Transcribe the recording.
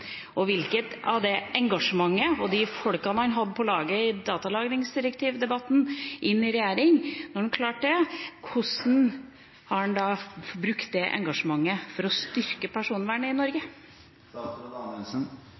Og når han har fått de folka han hadde på laget i datalagringsdirektivdebatten, inn i regjering – hvordan har han da brukt det engasjementet for å styrke personvernet i